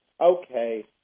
okay